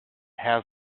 has